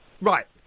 Right